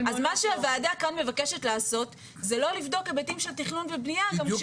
אז מה שהוועדה כאן מבקשת לעשות זה לא לבדוק היבטים של תכנון ובנייה גם,